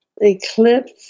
eclipse